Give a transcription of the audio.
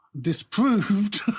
disproved